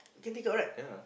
can take out right